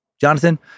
Jonathan